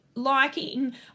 liking